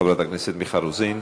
חברת הכנסת מיכל רוזין.